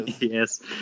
yes